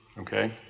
Okay